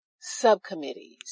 subcommittees